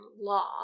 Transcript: law